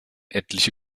etliche